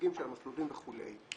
הממותגים של המסלולים וכולי.